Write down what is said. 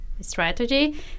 Strategy